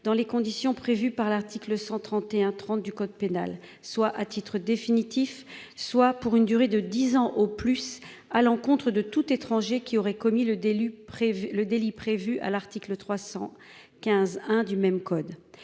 Dans les conditions prévues par l'article 131 30 du code pénal soit à titre définitif, soit pour une durée de 10 ans au plus, à l'encontre de tout étranger qui aurait commis le délit prévu le délit prévu à l'article 315 1 du même code.